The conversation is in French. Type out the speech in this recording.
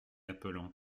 appelant